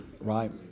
right